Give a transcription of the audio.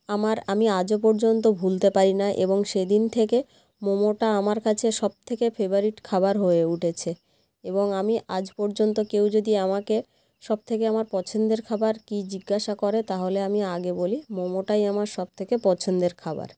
আমার আমি আজও পর্যন্ত ভুলতে পারি না এবং সেদিন থেকে মোমোটা আমার কাছে সব থেকে ফেভারিট খাবার হয়ে উঠেছে এবং আমি আজ পর্যন্ত কেউ যদি আমাকে সব থেকে আমার পছন্দের খাবার কী জিজ্ঞাসা করে তাহলে আমি আগে বলি মোমোটাই আমার সব থেকে পছন্দের খাবার